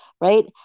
right